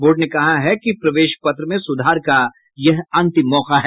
board ने कहा है कि प्रवेश पत्र में सुधार का यह अंतिम मौका है